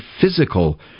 physical